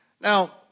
Now